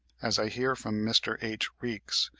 as i hear from mr. h. reeks,